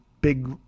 big